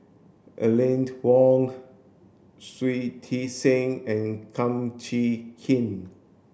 Aline Wong Shui Tit Sing and Kum Chee Kin